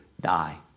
die